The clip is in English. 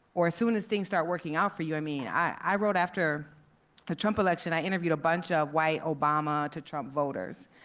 or as soon as things start working out for you. i mean, i wrote after the trump election, i interviewed a bunch of white obama to trump voters.